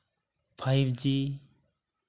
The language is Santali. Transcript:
five G